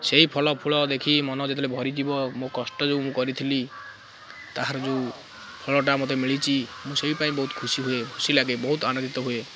ସେଇ ଫଳ ଫୁଲ ଦେଖି ମନ ଯେତେବେଲେ ଭରିଯିବ ମୋ କଷ୍ଟ ଯେଉଁ ମୁଁ କରିଥିଲି ତାହାର ଯେଉଁ ଫଳଟା ମୋତେ ମିଳିଛି ମୁଁ ସେଇ ପାଇଁ ବହୁତ ଖୁସି ହୁଏ ଖୁସି ଲାଗେ ବହୁତ ଆନନ୍ଦିତ ହୁଏ